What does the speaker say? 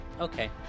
okay